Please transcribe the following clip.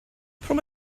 from